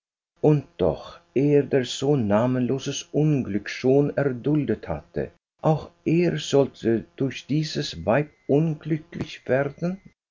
und doch er der so namenloses unglück schon erduldet hatte auch er sollte durch dieses weib unglücklich werden